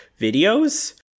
videos